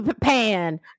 pan